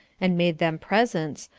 and made them presents,